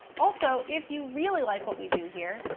also, if you really like what we do here,